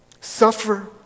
Suffer